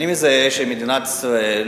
אני מזהה שמדינת ישראל,